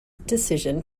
decision